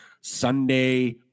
Sunday